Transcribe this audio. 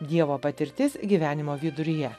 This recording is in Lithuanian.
dievo patirtis gyvenimo viduryje